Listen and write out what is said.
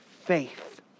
faith